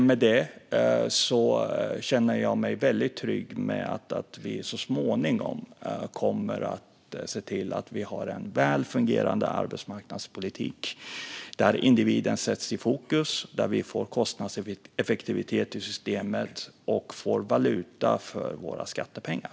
Med det känner jag mig väldigt trygg med att vi så småningom kommer att se till att vi har en väl fungerande arbetsmarknadspolitik där individen sätts i fokus och där vi får kostnadseffektivitet i systemet och valuta för våra skattepengar.